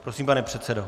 Prosím, pane předsedo.